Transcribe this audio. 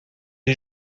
les